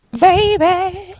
Baby